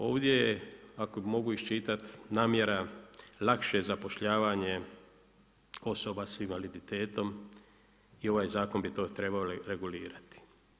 Ovdje je ako mogu iščitat namjera lakše zapošljavanje osoba sa invaliditetom i ovaj zakon bi to trebao regulirati.